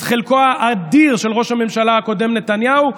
את חלקו האדיר של ראש הממשלה הקודם נתניהו,